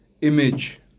image